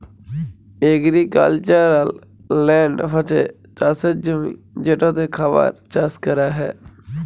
agricultural land হছে চাষের জমি যেটতে খাবার চাষ ক্যরা হ্যয়